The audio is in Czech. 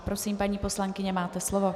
Prosím, paní poslankyně, máte slovo.